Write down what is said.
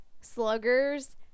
Sluggers